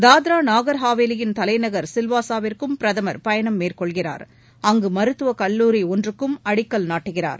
தாத்ரா நாகர் ஹாவேலியின் தலைநகர் சில்வாசாவிற்கும் பிரதமர் பயணம் மேற்கொள்கிறார் அங்கு மருத்துவக் கல்லூரி ஒன்றுக்கும் பிரதமர் அடிக்கல் நாட்டுகிறார்